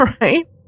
Right